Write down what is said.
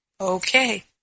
Okay